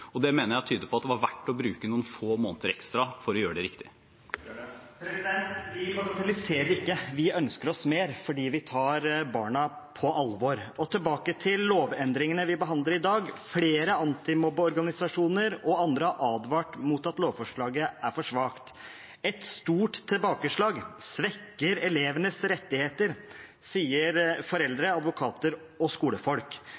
Det mener jeg tyder på at det var verdt å bruke noen få måneder ekstra for å gjøre det riktig. Vi bagatelliserer ikke. Vi ønsker oss mer fordi vi tar barna på alvor. Tilbake til lovendringene vi behandler i dag: Flere antimobbeorganisasjoner og andre har advart mot at lovforslaget er for svakt – «et stort tilbakeslag» og «svekker elevenes rettigheter». Dette sier